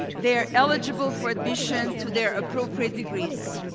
they are eligible for admission to their appropriator degrees.